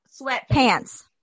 sweatpants